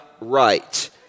right